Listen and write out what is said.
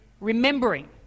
remembering